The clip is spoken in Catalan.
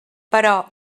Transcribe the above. però